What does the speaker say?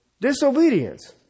Disobedience